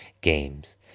games